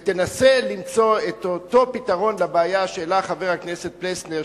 ותנסה למצוא את אותו פתרון לבעיה שהעלה חבר הכנסת פלסנר,